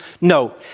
No